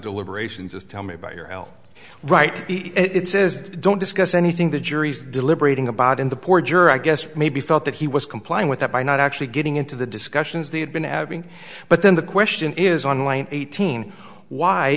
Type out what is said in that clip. deliberations tell me about your health right it says don't discuss anything the jury is deliberating about in the poor juror i guess maybe felt that he was complying with it by not actually getting into the discussions that had been adding but then the question is online eighteen why